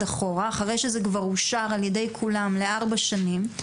אחורה אחרי שזה כבר אושר על-ידי כולם לארבע שנים,